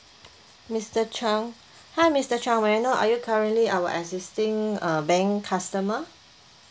mister chang hi mister chang may I know are you currently our existing uh bank customer